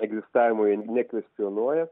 egzistavimo jie nekvestionuoja